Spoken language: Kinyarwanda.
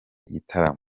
igitaramo